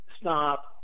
stop